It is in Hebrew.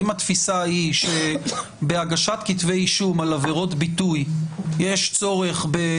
שאם התפיסה היא שבהגשת כתבי אישום על עבירות ביטוי יש צורך של